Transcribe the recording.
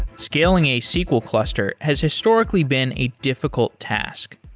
scaling a sql cluster has historically been a difficult task.